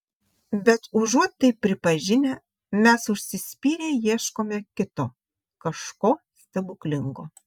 bet užuot tai pripažinę mes užsispyrę ieškome kito kažko stebuklingo